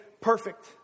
perfect